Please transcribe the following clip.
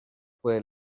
puede